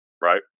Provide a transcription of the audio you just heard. right